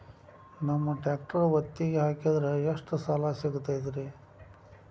ನಮ್ಮ ಟ್ರ್ಯಾಕ್ಟರ್ ಒತ್ತಿಗೆ ಹಾಕಿದ್ರ ಎಷ್ಟ ಸಾಲ ಸಿಗತೈತ್ರಿ?